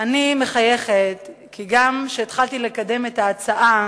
אני מחייכת, כי גם כשהתחלתי לקדם את ההצעה